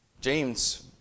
James